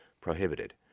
prohibited